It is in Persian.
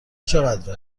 چقدر